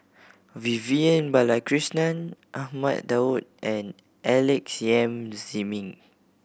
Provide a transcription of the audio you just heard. Vivian Balakrishnan Ahmad Daud and Alex Yam Ziming